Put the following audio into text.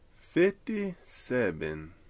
Fifty-seven